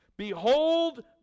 Behold